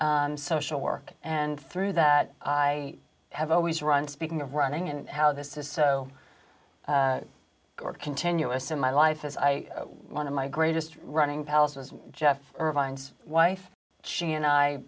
social work and through that i have always run speaking of running and how this is so or continuous in my life as i one of my greatest running palace was geoff irvine's wife she and i